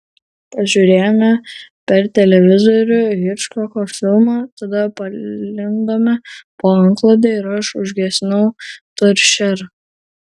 pažiūrėjome per televizorių hičkoko filmą tada palindome po antklode ir aš užgesinau toršerą